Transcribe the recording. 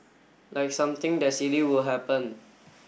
like something that silly will happen